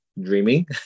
dreaming